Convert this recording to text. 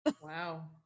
Wow